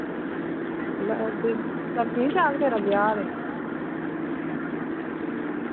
मतलब फ्ही टप्पी नी जाग तेरा ब्याह् ते